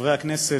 חברי הכנסת,